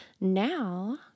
now